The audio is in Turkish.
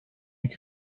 iki